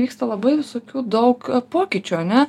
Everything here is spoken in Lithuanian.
vyksta labai visokių daug pokyčių ane